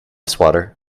swatter